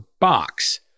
box